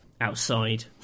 outside